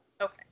Okay